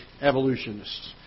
evolutionists